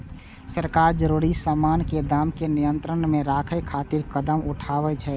सरकार जरूरी सामान के दाम कें नियंत्रण मे राखै खातिर कदम उठाबै छै